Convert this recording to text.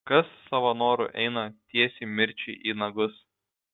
kas savo noru eina tiesiai mirčiai į nagus